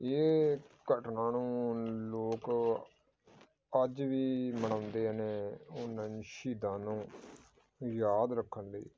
ਇਹ ਘਟਨਾ ਨੂੰ ਲੋਕ ਅੱਜ ਵੀ ਮਨਾਉਂਦੇ ਨੇ ਉਹਨਾਂ ਸ਼ਹੀਦਾਂ ਨੂੰ ਯਾਦ ਰੱਖਣ ਲਈ